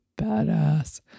badass